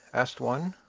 asked one.